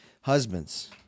husbands